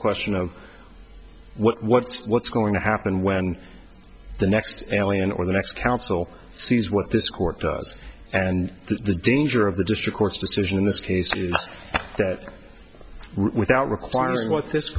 question of what's what's going to happen when the next alien or the next council sees what this court does and the danger of the district court's decision in this case is that without requiring what this